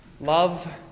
love